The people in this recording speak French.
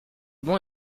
bon